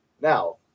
now